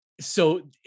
So-